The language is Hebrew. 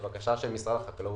זה בקשה של משרד החקלאות.